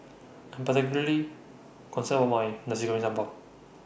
I Am particularly concern about Nasi Goreng Sambal